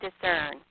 discern